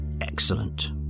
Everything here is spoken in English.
Excellent